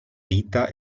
vita